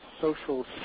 social